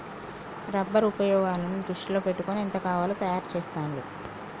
rubber ఉపయోగాలను దృష్టిలో పెట్టుకొని ఎంత కావాలో తయారు చెస్తాండ్లు